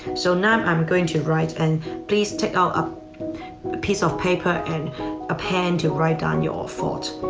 so now i'm going to write, and please take out a piece of paper, and ah pen, to write down your thought.